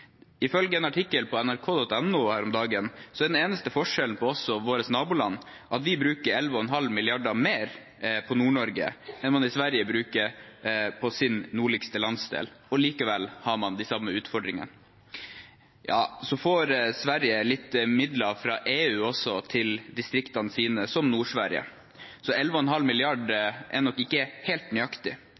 Ifølge en artikkel på nrk.no her om dagen er den eneste forskjellen på oss og vårt naboland at vi bruker 11,5 mrd. kr mer på Nord-Norge enn man i Sverige bruker på sin nordligste landsdel. Likevel har man de samme utfordringene. Sverige får litt midler fra EU også til distriktene sine, som Nord-Sverige, så 11,5 mrd. kr er nok ikke helt nøyaktig.